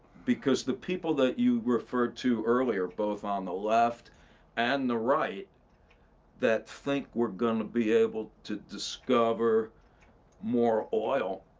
because the people that you referred to earlier, both on the left and the right that think we're gonna be able to discover more oil.